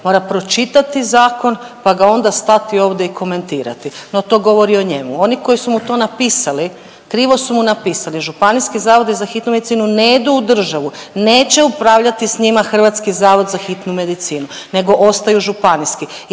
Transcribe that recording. mora pročitati zakon pa ga onda stati ovdje i komentirati. No, to govori o njemu. Oni koji su mu to napisali, krivo su mu napisali. Županijski zavod za hitnu medicinu ne idu u državu, neće upravljati s njima Hrvatski zavod za hitnu medicinu, nego ostaju županijski.